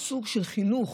סוג של חינוך,